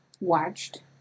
watched